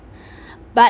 but